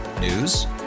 News